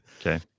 Okay